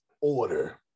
order